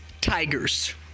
tigers